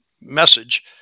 message